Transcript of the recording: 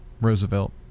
Roosevelt